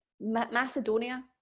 Macedonia